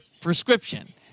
prescription